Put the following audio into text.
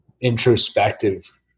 introspective